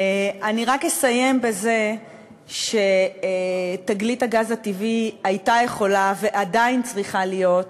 אני רק אסיים בזה שתגלית הגז הטבעי הייתה יכולה ועדיין צריכה להיות